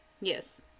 Yes